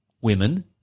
women